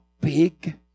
big